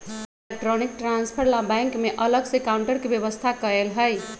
electronic transfer ला bank में अलग से काउंटर के व्यवस्था कएल हई